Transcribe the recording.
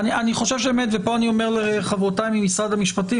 אני חושב ופה אני אומר לחברותיי ממשרד המשפטים